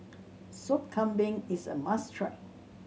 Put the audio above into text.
Sop Kambing is a must try